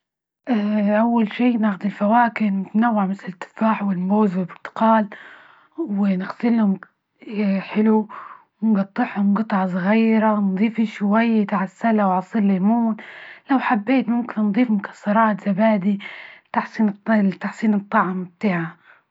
أول شي نأخذ الفواكه متنوعة مثل التفاح والموز والبرتقال، ونغسلهم حلو ونجطعهم جطع صغيرة ونضيف شوية عسالة وعصير ليمون، لو حبيت ممكن نضيف مكسرات زبادي، لتحسين- لتحسين الطعم بتاعه.